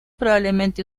probablemente